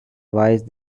wise